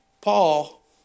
Paul